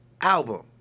album